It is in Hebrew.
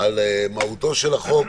על מהותו של החוק,